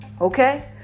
Okay